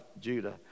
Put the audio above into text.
Judah